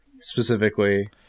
specifically